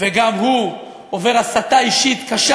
וגם הוא עובר הסתה אישית קשה,